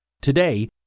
Today